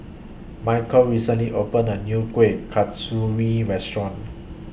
Michal recently opened A New Kuih Kasturi Restaurant